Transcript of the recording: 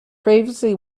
previously